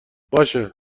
باشه